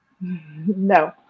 No